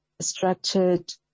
Structured